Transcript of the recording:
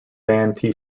band